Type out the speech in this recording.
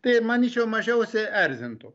tai manyčiau mažiausiai erzintų